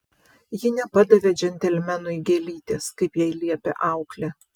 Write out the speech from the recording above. ji nepadavė džentelmenui gėlytės kaip jai liepė auklė